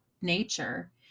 nature